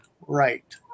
right